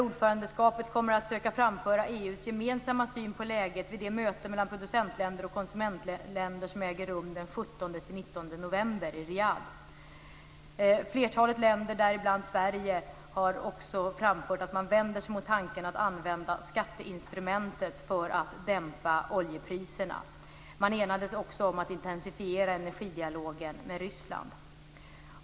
Ordförandegruppen kommer att söka framföra EU:s gemensamma syn på läget vid det möte mellan producentländer och konsumentländer som äger rum den 17-19 november i Riyadh. Flertalet länder, däribland Sverige, har också framfört att man vänder sig mot tanken att använda skatteinstrumentet för att dämpa oljepriserna. Man enades också om att intensifiera energidialogen med Ryssland.